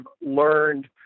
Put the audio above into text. learned